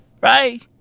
Right